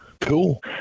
Cool